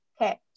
Okay